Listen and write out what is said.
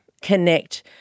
connect